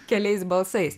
keliais balsais